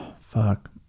fuck